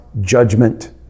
judgment